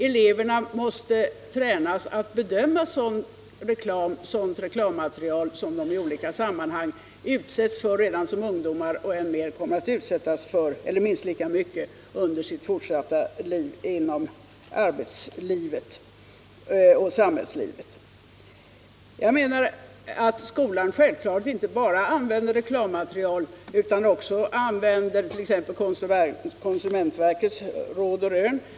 Eleverna måste tränas att bedöma sådant reklammaterial som de i olika sammanhang utsätts för redan som ungdomar och som de under sitt fortsatta liv i minst lika stor utsträckning kommer att utsättas för inom arbetsliv och samhällsliv. Skolan använder självfallet inte bara reklammaterial. Den använder också t.ex. konsumentverkets Råd och Rön.